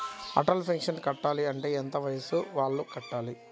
Atal pension కట్టాలి అంటే ఎంత వయసు వాళ్ళు కట్టాలి?